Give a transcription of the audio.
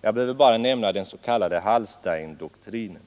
Jag behöver bara nämna den s.k Hallsteindoktrinen.